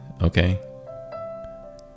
Okay